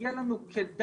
שיהיה לנו כדאי,